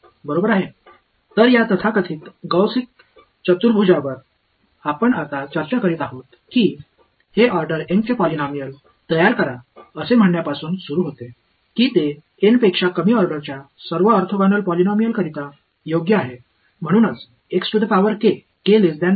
எனவே இப்போது நாம் விவாதித்துக்கொண்டிப்பது காஸியன் குவாட்ரேச்சர் என அழைக்கப்படுகிறது வரிசை N இன் பாலினாமியல் கட்டமைக்கச் சொல்வதிலிருந்து தொடங்குகிறது இது N ஐ விடக் குறைவான அனைத்து பாலினாமியளுக்கும் ஆர்த்தோகனல் ஆகும்